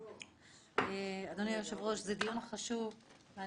אדוני היושב-ראש, זה דיון חשוב.